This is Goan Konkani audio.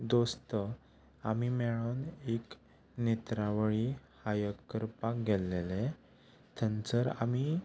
दोस्त आमी मेळून एक नेत्रावळी हायक करपाक गेल्लेले थंयसर आमी